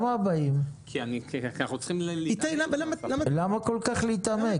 כי אנחנו צריכים להתעמק --- למה כל-כך להתעמק,